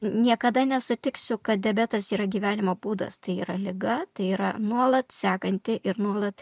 niekada nesutiksiu kad diabetas yra gyvenimo būdas tai yra liga tai yra nuolat sekanti ir nuolat